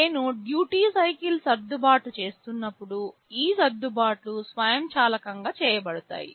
నేను duty cycle సర్దుబాటు చేస్తున్నప్పుడు ఈ సర్దుబాట్లు స్వయంచాలకంగా చేయబడతాయి